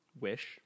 wish